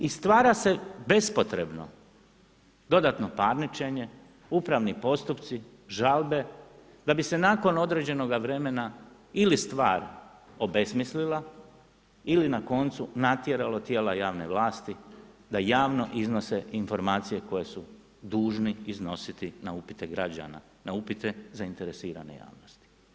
I stvara se bespotrebno dodatno parničenje, upravni postupci, žalbe, da bi se nakon određenog vremena ili stvar obesmislila ili na koncu natjeralo tijela javne vlasti da javno iznose informacije koje su dužni iznositi na upite građana, na upite zainteresirane javnosti.